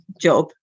job